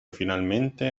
finalmente